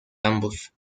ambos